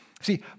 See